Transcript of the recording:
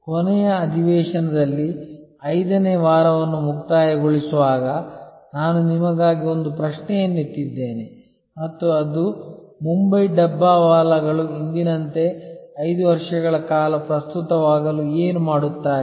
ಕೊನೆಯ ಅಧಿವೇಶನದಲ್ಲಿ 5 ನೇ ವಾರವನ್ನು ಮುಕ್ತಾಯಗೊಳಿಸುವಾಗ ನಾನು ನಿಮಗಾಗಿ ಒಂದು ಪ್ರಶ್ನೆಯನ್ನು ಎತ್ತಿದ್ದೇನೆ ಮತ್ತು ಅದು ಮುಂಬೈ ಡಬ್ಬಾವಾಲಾಗಳು ಇಂದಿನಂತೆ 5 ವರ್ಷಗಳ ಕಾಲ ಪ್ರಸ್ತುತವಾಗಲು ಏನು ಮಾಡುತ್ತಾರೆ